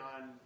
on